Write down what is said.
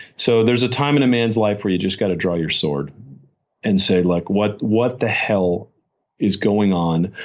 so there's a time in a man's life where you just go to draw your sword and say, like look. what the hell is going on?